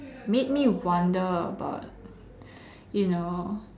made me wonder about you know